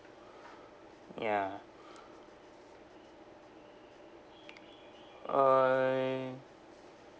ya uh